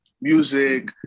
music